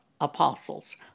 apostles